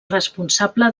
responsable